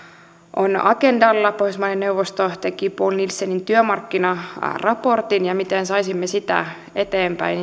on agendalla pohjoismaiden neuvosto teki poul nielsonin työmarkkinaraportin ja siinä miten saisimme sitä eteenpäin